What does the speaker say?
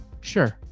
sure